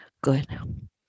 Good